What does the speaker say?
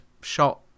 shot